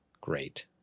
great